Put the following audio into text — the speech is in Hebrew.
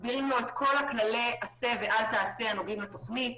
מסבירים לו את כל כללי עשה ואל תעשה הנוגעים לתכנית.